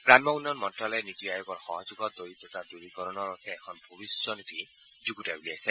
গ্ৰাম্য উন্নয়ন মন্ত্ৰালয়ে নীতি আয়োগৰ সহযোগত দৰিদ্ৰতা দূৰীকৰণৰ অৰ্থে এখন ভৱিষ্যনথি যুণতাই উলিয়াইছে